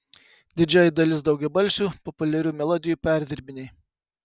didžioji dalis daugiabalsių populiarių melodijų perdirbiniai